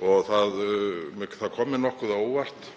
Það kom mér nokkuð á óvart